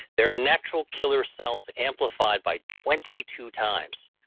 their natural killer cells amplified by twenty two times.